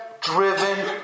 driven